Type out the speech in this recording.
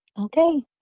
Okay